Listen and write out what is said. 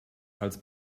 als